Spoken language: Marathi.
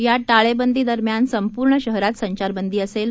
या टाळेबंदी दरम्यान संपूर्ण शहरात संचारबंदी असेल